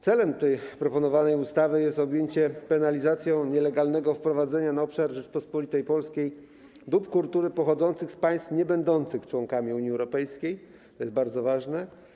Celem proponowanej ustawy jest objęcie penalizacją nielegalnego wprowadzenia na obszar Rzeczypospolitej Polskiej dóbr kultury pochodzących z państw niebędących członkami Unii Europejskiej - to jest bardzo ważne.